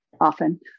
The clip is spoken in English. often